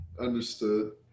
understood